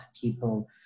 people